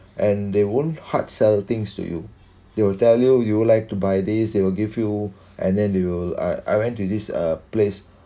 and they won't hard sell things to you they will tell you you would like to buy this they will give you and then they will I I went to this uh place